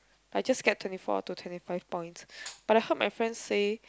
but I just get twenty four to twenty five points but I heard my friends say